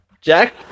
Jack